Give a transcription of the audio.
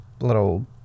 little